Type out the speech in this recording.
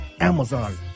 Amazon